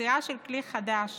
יצירה של כלי חדש